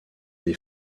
des